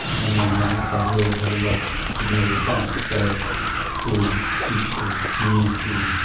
and then the outside world has a lot to do with that. so school, teachers, community,